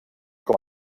com